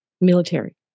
military